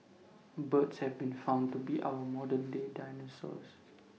birds have been found to be our modern day dinosaurs